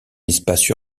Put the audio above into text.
espace